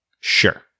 sure